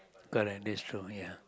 correct this true ya